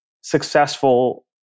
successful